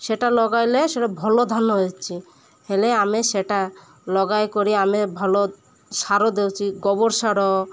ସେଇଟା ଲଗାଇଲେ ସେଇଟା ଭଲ ଧାନ ହେଉଛିି ହେଲେ ଆମେ ସେଇଟା ଲଗାଇ କରି ଆମେ ଭଲ ସାର ଦେଉଛି ଗୋବର ସାର